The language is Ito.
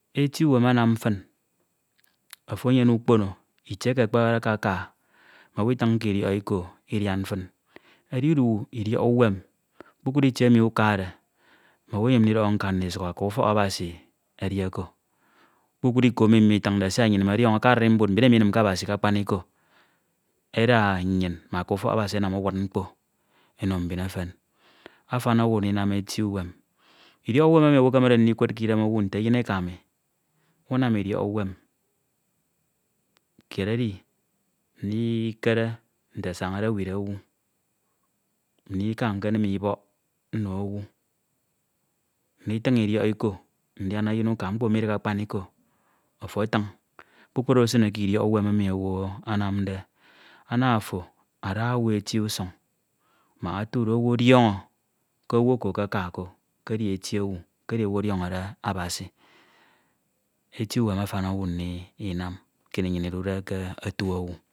eti uwem anam fin ato enyene ukpono, itie eke akpa akaka mm’owu itiñke idiọk iko idiam fin, edi udu idiọk uwem, kpukpru itie emi ukade, mm’owu enyem ndidọhọ nka ndi sukhọ aka ufọk Abasi edi oko, kpukpru nko emi mmo itiñde siak nnyin imidiọñọ ke arimbud mbin emi minike Abasi ke akpaniko eda nnyin mme aka ufọk Abasi enam uwud mkpo eno mbin efen, Afan owu ndinam eti uwem. Idiọk uwem emi owu ekemede ndikud k’idem owu nte eyin eka mi, unam idiọk uwem, kied edi ndikene nte asañade ewud owu, ndika nkenim ibọk nno owu, nditiñ idiọk iko ndam eyin uka mkpo midighe akpaniko, ofo atiñ kpukpru oro esine k’idiọk uwen emi owu anamde, ana afo ada owu eti usuñ mak otudo owu ọdiọñọ k’owu oko akaka ko kedi eti owu, k’edi owu emi ọdiọñọde Abasi. Eti uwem atan owu ndinam kini nnyin idude ke otu owu.